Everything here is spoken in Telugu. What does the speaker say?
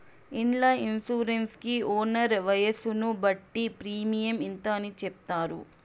ఇండ్ల ఇన్సూరెన్స్ కి ఓనర్ వయసును బట్టి ప్రీమియం ఇంత అని చెప్తారు